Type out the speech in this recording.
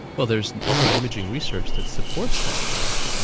well there is neuro-imaging research that supports that fact.